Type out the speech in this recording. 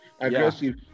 aggressive